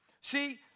See